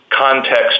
context